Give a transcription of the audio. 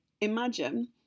imagine